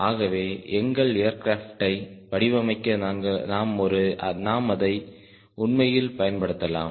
ஆகவே எங்கள் ஏர்கிராப்டை வடிவமைக்க நாம் அதை உண்மையில் பயன்படுத்தலாம்